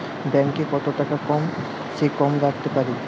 Bank এ কত টাকা কম সে কম রাখতে পারি?